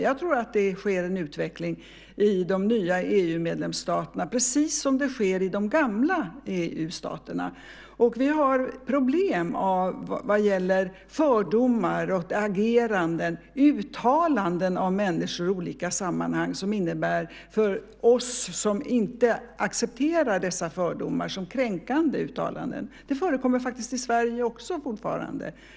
Jag tror att det sker en utveckling i de nya EU-medlemsstaterna, på samma sätt som det sker i de gamla EU-medlemsstaterna. Vi har problem med fördomar, ageranden och uttalanden om människor i olika sammanhang, och för oss som inte accepterar dessa fördomar är de uttalandena kränkande. Det förekommer faktiskt även i Sverige.